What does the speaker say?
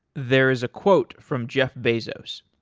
there is a quote from jeff bezos,